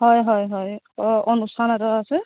হয় হয় হয় অনুষ্ঠান এটা আছে